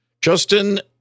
Justin